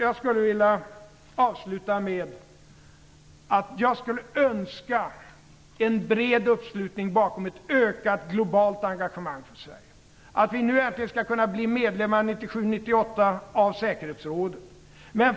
Jag skulle vilja avsluta med att önska en bred uppslutning bakom ett ökat globalt engagemang för Sverige, och att vi 1997-1998 äntligen skall kunna bli medlemmar av säkerhetsrådet.